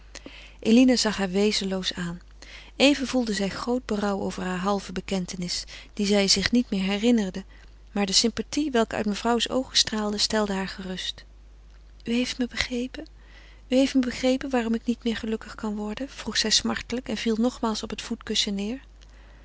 eline zag haar wezenloos aan even gevoelde zij groot berouw over hare halve bekentenis die zij zich niet meer herinnerde maar de sympathie welke uit mevrouws oogen straalde stelde haar gerust u heeft me begrepen u heeft me begrepen waarom ik niet meer gelukkig kan worden vroeg zij smartelijk en viel nogmaals op het voetkussen neêr